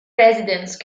residence